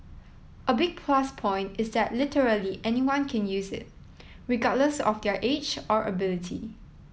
a big plus point is that literally anyone can use it regardless of their age or ability